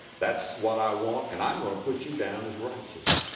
that's what i want, and i'm going to put you down as righteous.